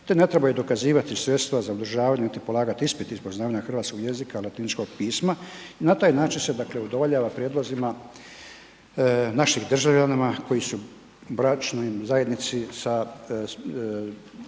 te trebaju dokazivati sredstva za održavanja niti polagat ispit iz poznavanja hrvatskog jezika i latiničkog pisma i na taj način se dakle udovoljava prijedlozima našim državljanima koji su u bračnoj zajednici sa